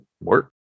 work